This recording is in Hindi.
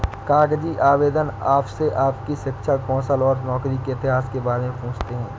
कागजी आवेदन आपसे आपकी शिक्षा, कौशल और नौकरी के इतिहास के बारे में पूछते है